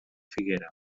figuera